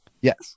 yes